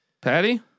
Patty